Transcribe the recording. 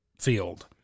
field